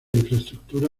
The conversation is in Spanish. infraestructura